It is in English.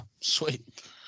Sweet